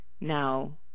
now